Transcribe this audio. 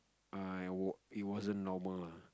err it w~ it wasn't normal lah